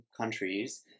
countries